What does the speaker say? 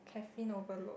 caffeine overload